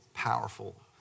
powerful